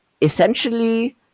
essentially